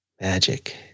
magic